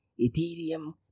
Ethereum